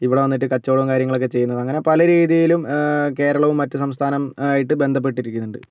ഇവിടെ വന്നിട്ട് കച്ചവടം കാര്യങ്ങളൊക്കെ ചെയ്യുന്നത് അങ്ങനെ പല രീതിയിലും കേരളവും മറ്റു സംസ്ഥാനവുമായിട്ട് ബന്ധപ്പെട്ടിരിക്കുന്നുണ്ട്